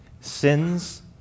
Sins